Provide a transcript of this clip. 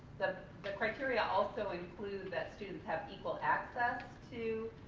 the the criteria also include that students have equal access to